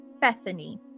Bethany